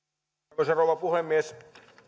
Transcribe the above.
arvoisa rouva puhemies